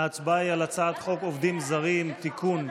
ההצבעה היא על הצעת חוק עובדים זרים (תיקון,